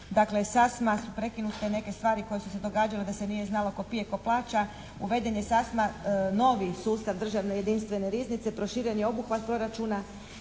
Dakle, sasma su prekinute neke stvari koje su se događale da se nije znalo tko pije tko plaća. Uveden je sasma novi sustav Državne jedinstvene riznice, proširen je obuhvat proračuna